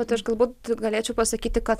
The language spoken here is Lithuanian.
bet aš galbūt galėčiau pasakyti kad